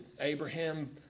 Abraham